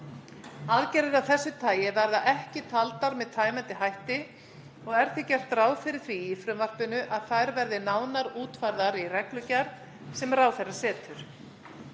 Aðgerðir af þessu tagi verða ekki taldar með tæmandi hætti og er því gert ráð fyrir því í frumvarpinu að þær verði nánar útfærðar í reglugerð sem ráðherra setur.